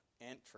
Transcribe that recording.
entry